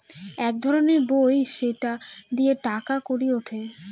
এক রকমের বই সেটা দিয়ে টাকা কড়ি উঠে